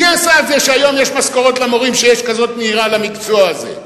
מי עשה את זה שהיום יש משכורות למורים שיש כזאת נהירה למקצוע הזה?